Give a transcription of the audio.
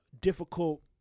difficult